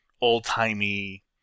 old-timey